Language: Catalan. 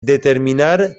determinar